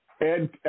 Ed